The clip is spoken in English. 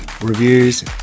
reviews